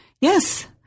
Yes